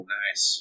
nice